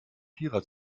vierer